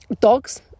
dogs